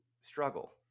struggle